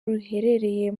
ruherereye